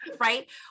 right